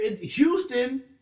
Houston